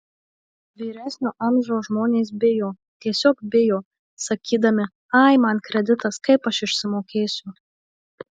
vyresnio amžiaus žmonės bijo tiesiog bijo sakydami ai man kreditas kaip aš išsimokėsiu